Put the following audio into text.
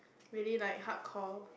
really like hard call